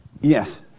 Yes